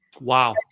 Wow